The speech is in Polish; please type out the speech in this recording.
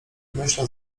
myślał